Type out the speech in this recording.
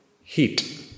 heat